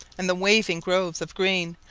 and the waving groves of green,